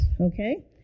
okay